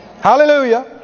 Hallelujah